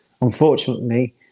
Unfortunately